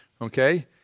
okay